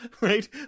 Right